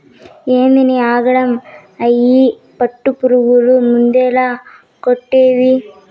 ఏందినీ ఆగడం, అయ్యి పట్టుపురుగులు మందేల కొడ్తివి